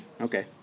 Okay